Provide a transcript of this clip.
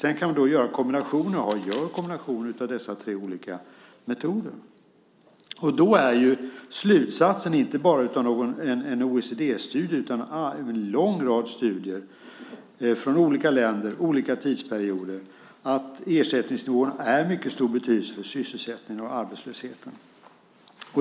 Sedan kan man då göra och gör kombinationer av dessa tre olika metoder, och då är ju slutsatsen, inte bara av en OECD-studie utan av en lång rad studier från olika länder och olika tidsperioder, att ersättningsnivån är av mycket stor betydelse för sysselsättningen och arbetslösheten.